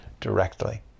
directly